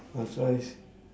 must I